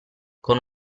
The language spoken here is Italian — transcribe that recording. con